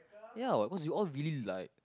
ya what cause we all really like